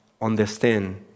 understand